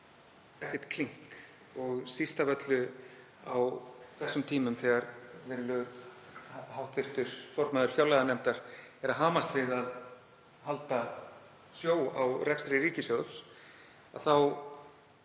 ekkert klink og síst af öllu á þessum tímum þegar virðulegur hv. formaður fjárlaganefndar er að hamast við að halda sjó í rekstri ríkissjóðs. Þá